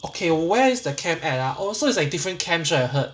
okay where is the camp at ah also it's like different camps right I heard